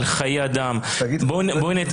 על חיי אדם --- אז תגיד --- סליחה,